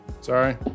Sorry